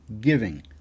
giving